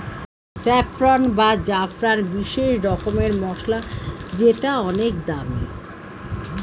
saffron বা জাফরান বিশেষ রকমের মসলা যেটা অনেক দামি